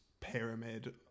pyramid